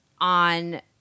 on